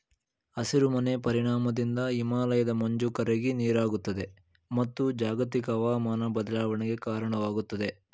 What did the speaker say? ಹಸಿರು ಮನೆ ಪರಿಣಾಮದಿಂದ ಹಿಮಾಲಯದ ಮಂಜು ಕರಗಿ ನೀರಾಗುತ್ತದೆ, ಮತ್ತು ಜಾಗತಿಕ ಅವಮಾನ ಬದಲಾವಣೆಗೆ ಕಾರಣವಾಗುತ್ತದೆ